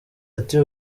ati